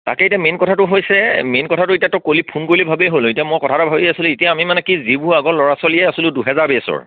তাকে এতিয়া মেইন কথাটো হৈছে মেইন কথাটো এতিয়া তই কৰিলি ফোন কৰিলি ভাবেই হ'ল হয় এতিয়া মই কথা এটা ভাবি আছোঁ এতিয়া আমি মানে কি যিবোৰ আগৰ ল'ৰা ছোৱালীয়ে আছিলোঁ দুই হেজাৰ বেছৰ